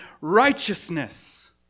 righteousness